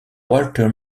walter